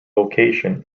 location